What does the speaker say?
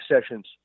sessions